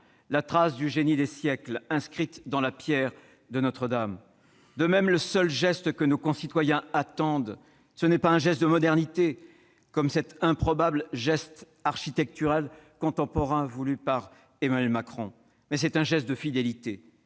la trace du génie des siècles inscrite dans la pierre de Notre-Dame. De même, le seul geste que nos concitoyens attendent, ce n'est pas un geste de « modernité », comme cet improbable « geste architectural contemporain » voulu par Emmanuel Macron, mais c'est un geste de fidélité,